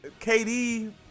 KD